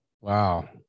Wow